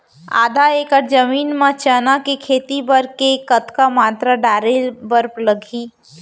आधा एकड़ जमीन मा चना के खेती बर के कतका मात्रा डाले बर लागही?